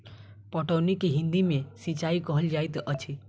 पटौनी के हिंदी मे सिंचाई कहल जाइत अछि